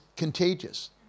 contagious